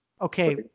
Okay